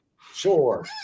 Sure